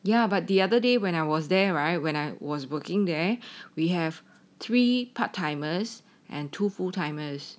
ya but the other day when I was there right when I was working there we have three part timers and two full timers